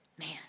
man